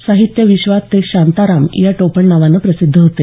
साहित्य विश्वात ते शांताराम या टोपणनावानं प्रसिद्ध होते